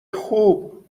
خوب